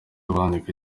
abandika